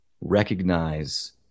recognize